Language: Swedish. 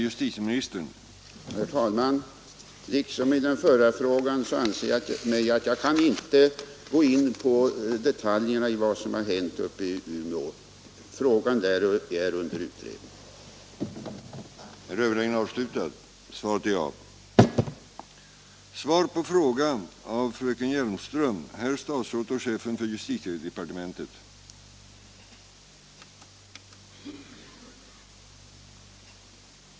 Herr talman! Liksom i den förra frågan anser jag mig inte kunna gå in på detaljerna när det gäller vad som har hänt uppe i Umeå. Frågan är under utredning där.